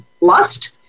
lust